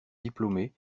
diplômé